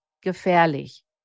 gefährlich